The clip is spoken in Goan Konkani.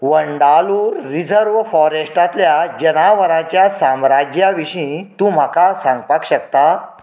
वंडालूर रिजर्व फॉरेस्टांतल्या जनावरांच्या साम्राज्या विशीं तूं म्हाका सांगपाक शकता